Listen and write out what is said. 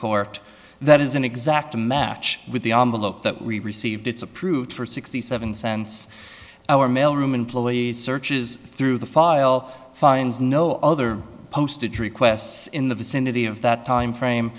court that is an exact match with the on the look that we received it's approved for sixty seven cents our mail room employees searches through the file finds no other posted requests in the vicinity of that time frame